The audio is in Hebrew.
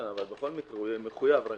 השאלה אם הוא בכל מקרה מחויב או